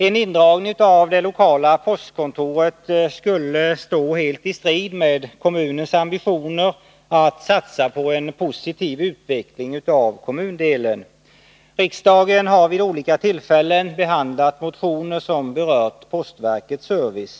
En indragning av det lokala postkontoret skulle helt stå i strid med kommunens ambitioner att satsa på en positiv utveckling av kommundelen. Riksdagen har vid olika tillfällen behandlat motioner som berör postverkets service.